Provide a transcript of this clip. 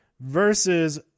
versus